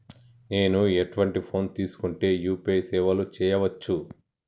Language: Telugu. నేను ఎటువంటి ఫోన్ తీసుకుంటే యూ.పీ.ఐ సేవలు చేయవచ్చు?